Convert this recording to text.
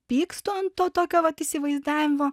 pykstu ant to tokio vat įsivaizdavimo